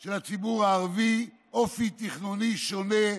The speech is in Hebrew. של הציבור הערבי אופי תכנוני שונה,